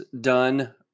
done